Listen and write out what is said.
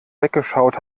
weggeschaut